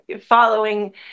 following